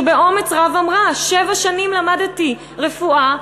שבאומץ רב אמרה: שבע שנים למדתי רפואה,